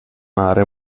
mare